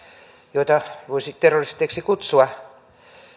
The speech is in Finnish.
joita voisi terroristeiksi kutsua